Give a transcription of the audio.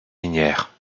minières